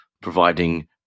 providing